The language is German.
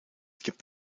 gibt